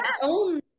own